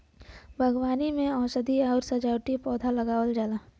बागवानी में औषधीय आउर सजावटी पौधा लगावल जाला